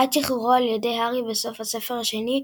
עד שחרורו על ידי הארי בסוף הספר השני,